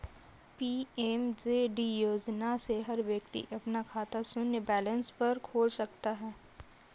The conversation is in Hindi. पी.एम.जे.डी योजना से हर व्यक्ति अपना खाता शून्य बैलेंस पर खोल सकता है